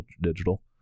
Digital